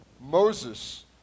Moses